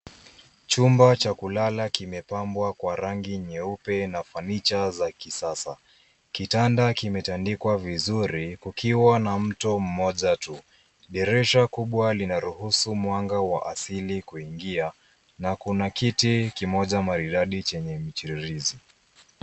Chumba cha kulala kimepambwa kwa rangi nyeupe na furniture za kisasa. Kitanda kimetandikwa vizuri, kukiwa na mto mmoja tu. Dirisha kubwa linaruhusu mwanga wa asili kuingia na kuna kiti kimoja maridadi chenye michiririzi.